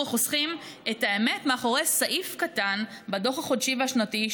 החוסכים את האמת מאחורי סעיף קטן בדוח החודשי השנתי,